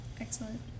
Excellent